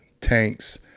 Tanks